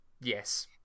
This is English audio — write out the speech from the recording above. Yes